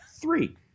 Three